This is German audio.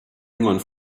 jüngern